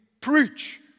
preach